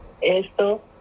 Esto